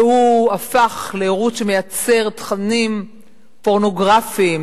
שהפך לערוץ שמייצר תכנים פורנוגרפיים,